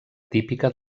típica